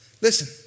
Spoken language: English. Listen